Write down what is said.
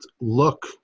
look